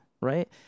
right